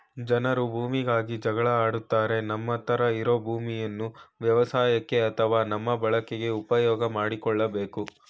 ಜನರು ಭೂಮಿಗಾಗಿ ಜಗಳ ಆಡ್ತಾರೆ ನಮ್ಮತ್ರ ಇರೋ ಭೂಮೀನ ವ್ಯವಸಾಯಕ್ಕೆ ಅತ್ವ ನಮ್ಮ ಬಳಕೆಗೆ ಉಪ್ಯೋಗ್ ಮಾಡ್ಕೋಬೇಕು